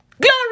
Glory